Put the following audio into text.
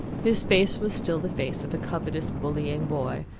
his face was still the face of a covetous bullying boy,